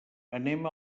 anem